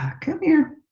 ah come here,